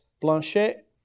Blanchet